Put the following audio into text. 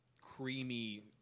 Creamy